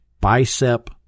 bicep